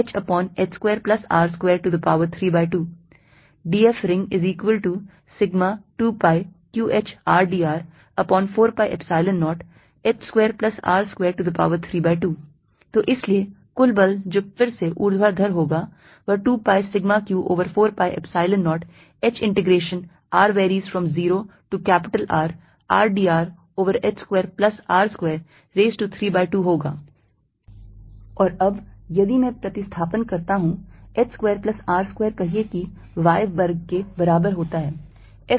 FQq4π0hh2R232 dFringσ2πqh rdr4π0h2R232 तो इसलिए कुल बल जो फिर से ऊर्ध्वाधर होगा वह 2 pi sigma q over 4 pi Epsilon 0 h integration r varies from 0 to capital R r dr over h square plus r square raise to 3 by 2 होगा और अब यदि मैं प्रतिस्थापन करता हूं h square plus r square कहिए कि y वर्ग के बराबर होता है